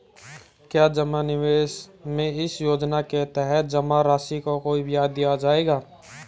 क्या जमा निवेश में इस योजना के तहत जमा राशि पर कोई ब्याज दिया जाएगा?